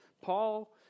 Paul